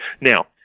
Now